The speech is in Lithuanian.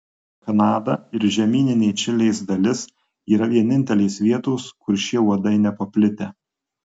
kanada ir žemyninė čilės dalis yra vienintelės vietos kur šie uodai nepaplitę